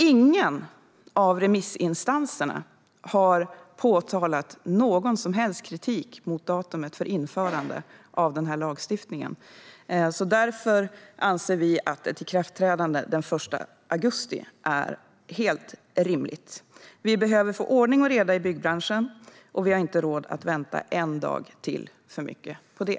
Ingen av remissinstanserna har haft någon som helst kritik mot datumet för införande av denna lagstiftning. Därför anser vi att ett ikraftträdande den 1 augusti är helt rimligt. Det behövs ordning och reda i byggbranschen, och vi har inte råd att vänta en dag till för mycket på det.